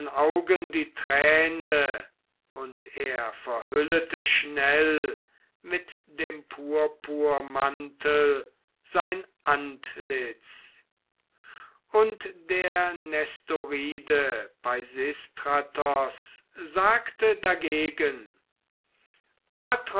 augen die träne und er verhüllete schnell mit dem purpurmantel sein antlitz und der nestoride peisistratos sagte dagegen